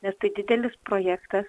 nes tai didelis projektas